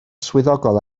swyddogol